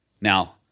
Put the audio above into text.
Now